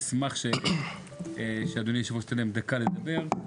אשמח שאדוני יושב הראש ייתן להם דקה לדבר.